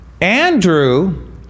Andrew